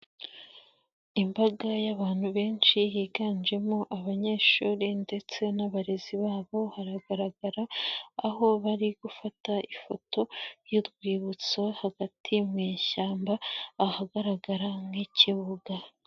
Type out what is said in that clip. Imbaga y'abantu benshi higanjemo abanyeshuri ndetse n'abarezi babo haragaragara aho bari gufata ifoto y'urwibutso hagati mu ishyamba ahagaragara nk'ikibuga.